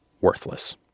Worthless